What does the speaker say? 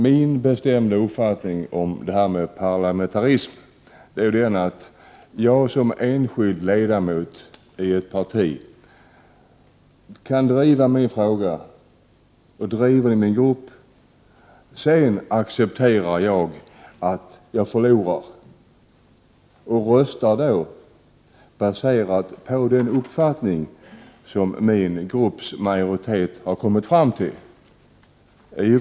Min bestämda uppfattning om parlamentarismen är att jag som enskild riksdagsledamot och medlem av ett parti kan driva min fråga inom min grupp. Jag accepterar när jag förlorar, och jag röstar sedan enligt den uppfattning som min grupps majoritet har kommit fram till.